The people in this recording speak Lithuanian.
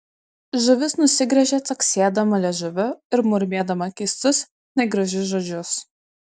žuvis nusigręžė caksėdama liežuviu ir murmėdama keistus negražius žodžius